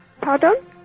Pardon